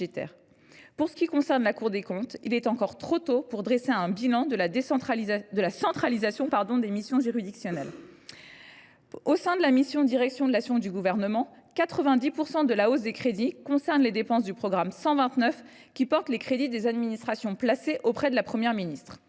En ce qui concerne la Cour des comptes, il est encore trop tôt pour dresser un bilan de la centralisation des missions juridictionnelles. Au sein de la mission « Direction de l’action du Gouvernement », 90 % de la hausse des crédits concerne les dépenses du programme 129, qui porte les dépenses des administrations placées auprès de la Première ministre.